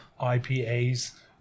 IPAs